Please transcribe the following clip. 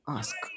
ask